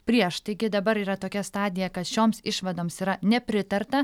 prieš taigi dabar yra tokia stadija kad šioms išvadoms yra nepritarta